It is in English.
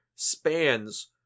Spans